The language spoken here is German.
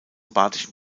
badischen